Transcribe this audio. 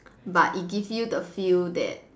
but it gives you the feel that